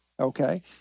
Okay